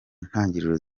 ntangiriro